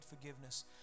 forgiveness